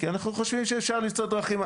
כי אנחנו חושבים שאפשר למצוא דרכים.